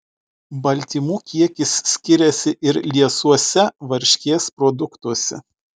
baltymų kiekis skiriasi ir liesuose varškės produktuose